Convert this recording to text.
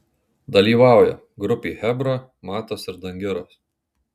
dalyvauja grupė chebra matas ir dangiras